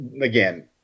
again